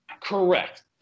Correct